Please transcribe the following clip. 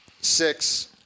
six